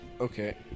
Okay